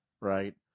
Right